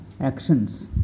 actions